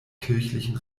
kirchlichen